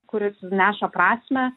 kuris neša prasmę